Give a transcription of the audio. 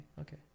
okay